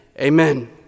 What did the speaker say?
amen